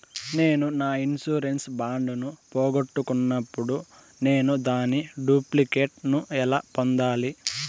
నేను నా insurance bond ను పోగొట్టుకున్నప్పుడు నేను దాని డూప్లికేట్ ను ఎలా పొందాలి?